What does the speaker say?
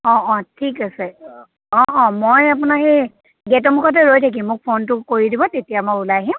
অ' অ' ঠিক আছে অ' অ' মই আপোনাক এই গে'টৰ মুখতে ৰৈ থাকিম মোক ফোনটো কৰি দিব তেতিয়া মই ওলাই আহিম